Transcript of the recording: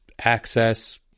access